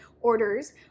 orders